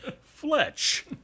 Fletch